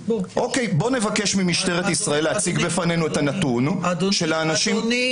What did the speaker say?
בוא נבקש ממשטרת ישראל להציג בפנינו את הנתון של אנשים --- אדוני,